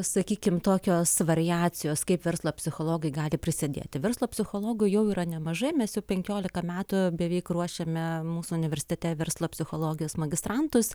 sakykim tokios variacijos kaip verslo psichologai gali prisidėti verslo psichologų jau yra nemažai mes jau penkiolika metų beveik ruošiame mūsų universitete verslo psichologijos magistrantus